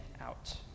out